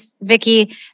Vicky